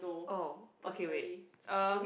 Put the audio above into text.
oh okay wait uh